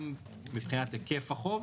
גם מבחינת היקף החוב,